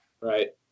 right